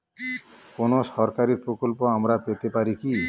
কোন সরকারি প্রকল্প আমরা পেতে পারি কি?